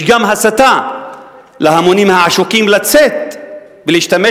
יש גם הסתה של ההמונים העשוקים לצאת ולהשתמש